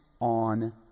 on